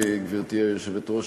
גברתי היושבת-ראש,